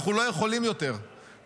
אנחנו לא יכולים יותר לבד.